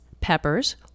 peppers